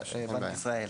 הבנקאות.